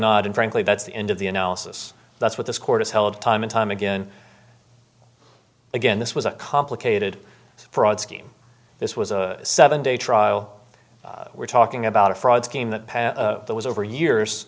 not and frankly that's the end of the analysis that's what this court has held time and time again again this was a complicated fraud scheme this was a seven day trial we're talking about a fraud scheme that pass that was over years